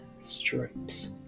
stripes